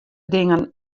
dingen